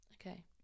Okay